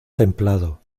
templado